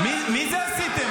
מי זה "עשיתם"?